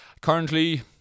Currently